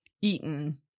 eaten